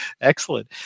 Excellent